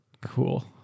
cool